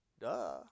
Duh